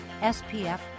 SPF